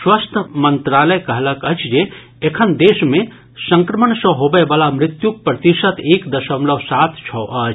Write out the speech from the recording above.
स्वास्थ्य मंत्रलाय कहलक अछि जे एखन देश मे संक्रमण सँ होबयवला मृत्युक प्रतिशत एक दशमलव सात छओ अछि